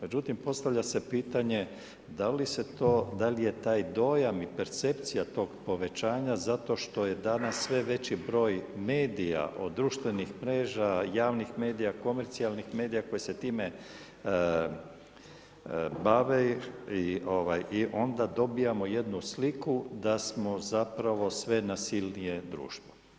Međutim, postavlja se pitanje da li je taj dojam i percepcija tog povećanja zato što je danas sve veći broj medija od društvenih mreža, javnih medija, komercijalnih medija koji se time bave i onda dobijamo jednu sliku da smo zapravo sve nasilnije društvo.